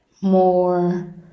more